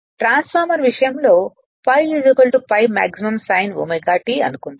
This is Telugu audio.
ట్రాన్స్ఫార్మర్ విషయంలో pi pi max sinωT అనుకుందాం